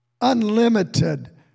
unlimited